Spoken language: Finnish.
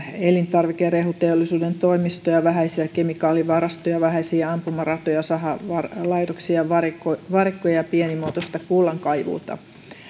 elintarvike ja rehuteollisuuden toimintoja vähäisiä kemikaalivarastoja vähäisiä ampumaratoja sahalaitoksia varikkoja varikkoja ja pienimuotoista kullankaivuuta